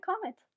comment